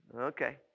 Okay